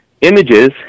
images